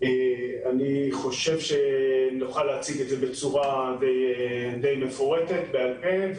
אני חושב שנוכל להציג את זה בצורה די מפורטת בעל פה.